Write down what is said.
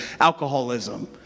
Alcoholism